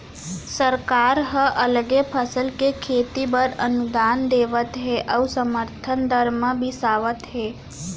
सरकार ह अलगे फसल के खेती बर अनुदान देवत हे अउ समरथन दर म बिसावत हे